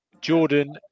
Jordan